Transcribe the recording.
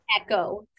echo